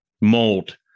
mold